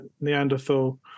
Neanderthal